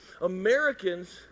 Americans